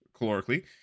calorically